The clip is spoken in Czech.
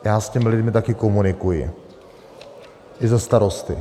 Já s těmi lidmi taky komunikuji, i za Starosty.